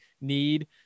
need